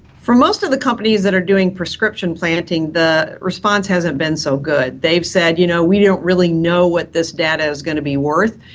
for most of the companies that are doing prescription planting, the response hasn't been so good. they've said, you know, we don't really know what this data is going to be worth.